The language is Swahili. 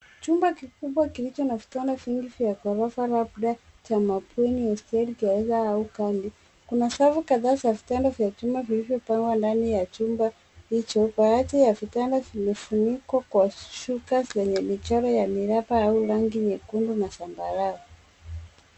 Chumba kikubwa kilicho na vitanda vingi vya ghorofa, labda cha mabweni, hosteli, gereza au kambi. Kuna safu kadhaa za vitanda vya chuma vilivyopangwa ndani ya chumba hicho. Baadhi ya vitanda vimefunikwa kwa shuka zenye michoro ya miraba au rangi nyekundu na na zambarau.